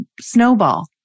snowball